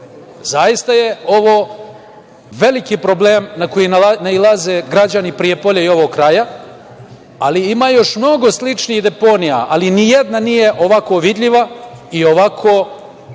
Zaista je ovo veliki problem na koji nailaze građani Prijepolja i ovog kraja. Ima još mnogo sličnih deponija, ali ni jedna nije ovako vidljiva i ovako preti